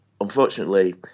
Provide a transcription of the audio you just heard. unfortunately